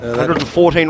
114